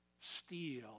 steal